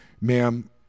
Ma'am